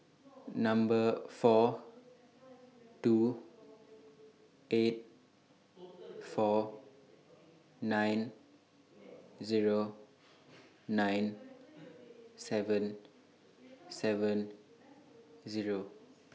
Number four two eight four nine Zero nine seven seven Zero